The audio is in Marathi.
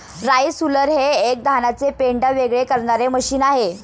राईस हुलर हे एक धानाचे पेंढा वेगळे करणारे मशीन आहे